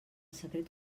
secret